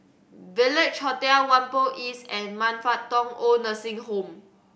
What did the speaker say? Village Hotel Whampoa East and Man Fut Tong OId Nursing Home